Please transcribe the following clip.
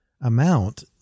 amount